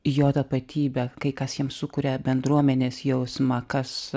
jo tapatybę kai kas jam sukuria bendruomenės jausmą kas